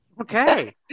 Okay